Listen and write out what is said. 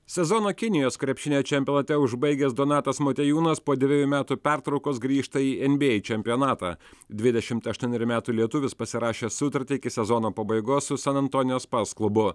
sezoną kinijos krepšinio čempionate užbaigęs donatas motiejūnas po dvejų metų pertraukos grįžta į en by ei čempionatą dvidešimt aštuonerių metų lietuvis pasirašė sutartį iki sezono pabaigos su san antonijo spars klubu